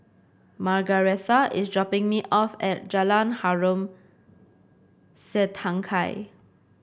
Margaretha is dropping me off at Jalan Harom Setangkai